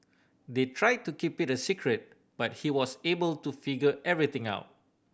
they tried to keep it a secret but he was able to figure everything out